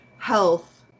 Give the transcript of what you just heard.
health